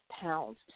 pounds